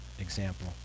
example